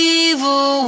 evil